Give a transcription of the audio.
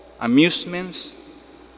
amusements